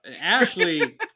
Ashley